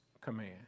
command